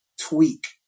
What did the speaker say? tweak